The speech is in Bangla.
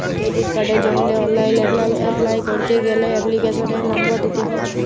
ক্রেডিট কার্ডের জন্হে অনলাইল এপলাই ক্যরতে গ্যালে এপ্লিকেশনের লম্বর দিত্যে হ্যয়